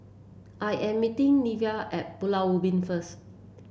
I am meeting Nevaeh at Pulau Ubin first